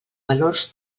valors